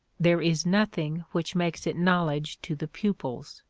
there is nothing which makes it knowledge to the pupils.